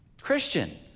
Christian